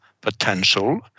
potential